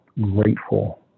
grateful